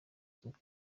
isuka